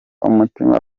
umutima